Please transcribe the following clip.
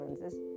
lenses